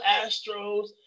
Astros